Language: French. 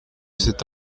cet